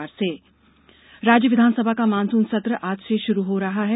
विधानसभा राज्य विधानसभा का मानसून सत्र आज से शुरू हो रहा है